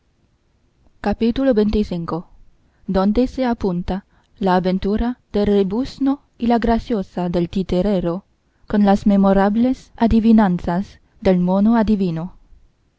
capítulo xxv donde se apunta la aventura del rebuzno y la graciosa del titerero con las memorables adivinanzas del mono adivino no